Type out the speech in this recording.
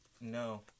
no